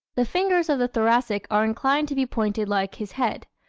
the fingers of the thoracic are inclined to be pointed like his head,